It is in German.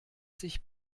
sich